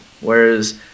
Whereas